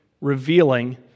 revealing